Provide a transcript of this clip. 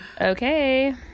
Okay